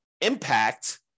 impact